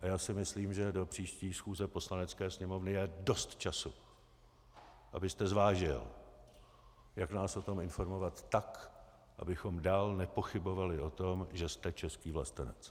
Já si myslím, že do příští schůze Poslanecké sněmovny je dost času, abyste zvážil, jak nás o tom informovat tak, abychom dál nepochybovali o tom, že jste český vlastenec.